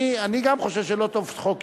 אני גם חושב שלא טוב חוק אישי,